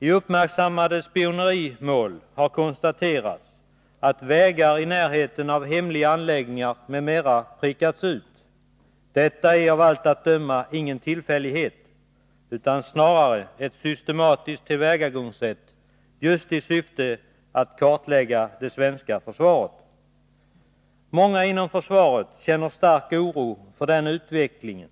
I uppmärksammade spionerimål har konstaterats att vägar i närheten av hemliga anläggningar m.m. prickats ut. Detta är av allt att döma ingen tillfällighet utan snarare ett systematiskt tillvägagångssätt i syfte att kartlägga det svenska försvaret. Många inom försvaret känner stark oro för den här utvecklingen.